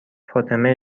فاطمه